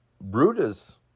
brutus